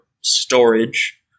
storage